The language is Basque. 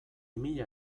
mila